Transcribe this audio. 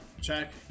check